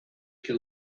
can